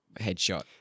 headshot